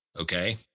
okay